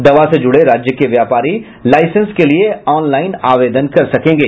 दवा से जुड़े राज्य के व्यापारी लाईसेंस के लिए ऑनलाईन आवेदन कर सकेंगे